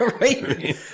right